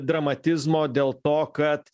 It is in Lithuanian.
dramatizmo dėl to kad